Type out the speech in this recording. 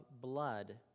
blood